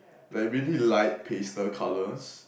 like really light pastel colours